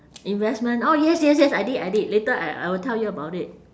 investment oh yes yes yes I did I did later I I will tell you about it